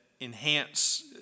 enhance